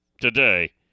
today